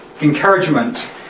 encouragement